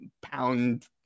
pound